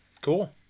Cool